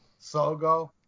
Sogo